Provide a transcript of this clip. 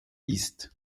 ist